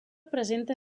presenta